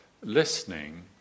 listening